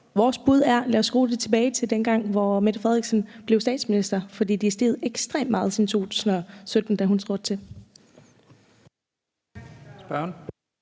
Vores bud er: Lad os skrue det tilbage til dengang, hvor Mette Frederiksen blev statsminister. For det er steget ekstremt meget siden 2017, da hun trådte til.